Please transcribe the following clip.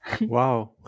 Wow